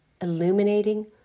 illuminating